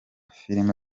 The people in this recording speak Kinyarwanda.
filime